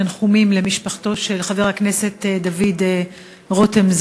תנחומים למשפחתו של חבר הכנסת דוד רותם,